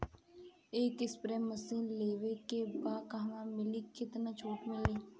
एक spray machine लेवे के बा कहवा मिली केतना छूट मिली?